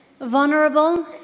vulnerable